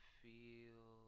feel